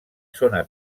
zona